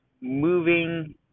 moving